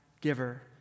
giver